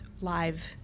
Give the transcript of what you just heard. live